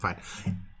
fine